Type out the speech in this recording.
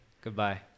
goodbye